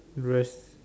red